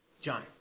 John